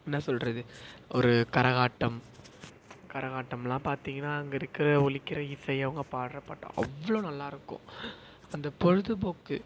என்ன சொல்லுறது ஒரு கரகாட்டம் கரகாட்டம் எல்லாம் பார்த்தீங்கனா அங்கே இருக்கிற ஒலிக்கிற இசை அவங்க பாடுற பாட்டு அவ்வளோ நல்லா இருக்கும் அந்த பொழுதுபோக்கு